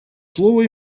слово